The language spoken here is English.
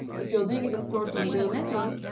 if you're doing it, of course, on bare metal,